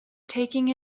taking